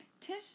Tish